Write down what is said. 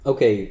Okay